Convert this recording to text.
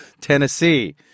Tennessee